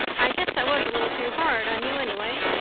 i guess i was a little too hard on you, anyway.